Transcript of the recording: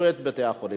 היה פעם.